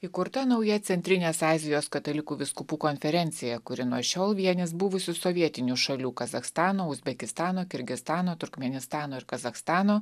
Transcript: įkurta nauja centrinės azijos katalikų vyskupų konferencija kuri nuo šiol vienys buvusių sovietinių šalių kazachstano uzbekistano kirgizstano turkmėnistano ir kazachstano